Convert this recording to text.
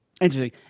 interesting